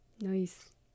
Nice